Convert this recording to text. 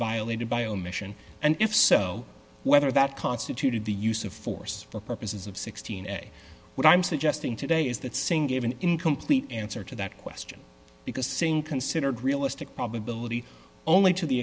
violated by omission and if so whether that constituted the use of force for purposes of sixteen a what i'm suggesting today is that saying gave an incomplete answer to that question because saying considered realistic probability only to the